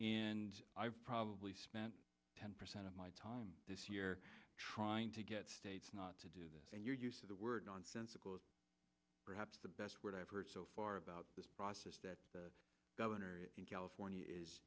and i've probably spent ten percent of my time this year trying to get states not to do that and your use of the word nonsensical perhaps the best word i've heard so far about this process that the governor in california is